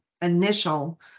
initial